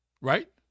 right